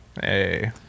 Hey